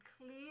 clear